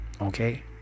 Okay